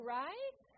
right